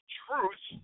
truth